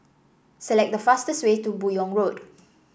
select the fastest way to Buyong Road